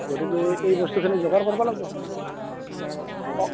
গতিকে এই বস্তুখিনি যোগাৰ কৰিব লাগিব অঁ